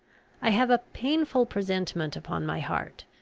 i have a painful presentiment upon my heart,